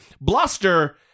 Bluster